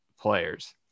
players